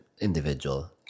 individual